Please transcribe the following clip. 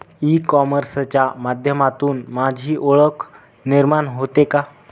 E कॉमर्सच्या माध्यमातून माझी ओळख निर्माण होते का?